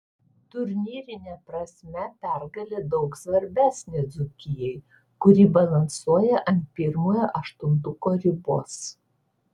turnyrine prasme pergalė daug svarbesnė dzūkijai kuri balansuoja ant pirmojo aštuntuko ribos